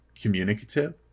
communicative